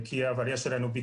זאת אומרת,